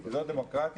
זאת לא דמוקרטיה.